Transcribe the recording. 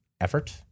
effort